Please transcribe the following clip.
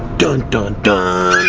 dun dun dun.